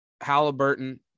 Halliburton